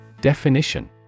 Definition